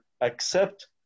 accept